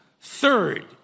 Third